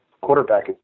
quarterback